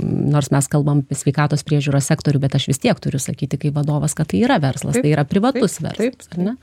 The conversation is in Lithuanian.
nors mes kalbam apie sveikatos priežiūros sektorių bet aš vis tiek turiu sakyti kaip vadovas kad tai yra verslas tai yra privatus verslas ar ne